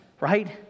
right